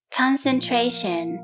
concentration